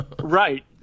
Right